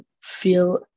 feel